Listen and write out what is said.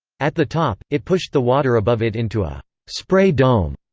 at the top, it pushed the water above it into a spray dome,